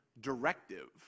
directive